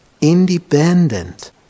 independent